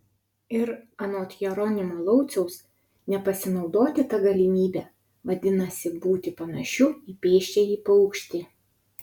ir anot jeronimo lauciaus nepasinaudoti ta galimybe vadinasi būti panašiu į pėsčiąjį paukštį